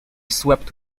swept